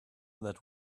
that